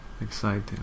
Exciting